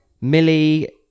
Millie